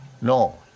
No